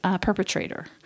perpetrator